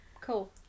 Cool